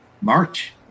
March